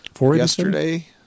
yesterday